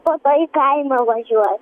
po to į kaimą važiuos